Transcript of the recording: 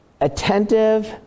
attentive